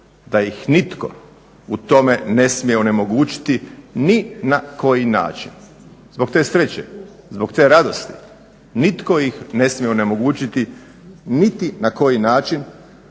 da ih nitko u tome ne smije onemogućiti ni na koji način. Zbog te sreće, zbog te radosti nitko ih ne smije onemogućiti niti na koji način,